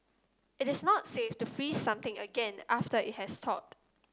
it is not safe to freeze something again after it has thawed